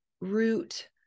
root